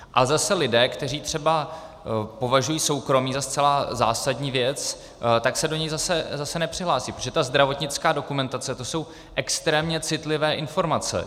A zase lidé, kteří třeba považují soukromí za zcela zásadní věc, tak se do něj zase nepřihlásí, protože zdravotnická dokumentace, to jsou extrémně citlivé informace.